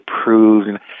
approved